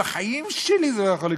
בחיים שלי זה לא יכול לקרות,